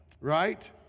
right